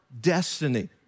destiny